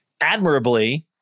admirably